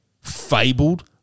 fabled